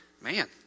man